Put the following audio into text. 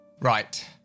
Right